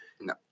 No